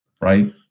Right